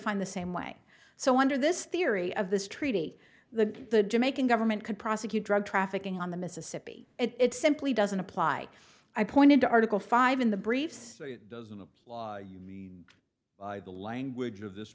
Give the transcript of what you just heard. defined the same way so under this theory of this treaty the the jamaican government could prosecute drug trafficking on the mississippi it simply doesn't apply i pointed to article five in the briefs it doesn't apply you mean by the language of this